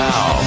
Now